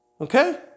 okay